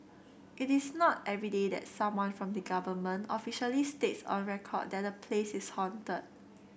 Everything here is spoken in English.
it is not everyday that someone from the government officially states on record that a place is haunted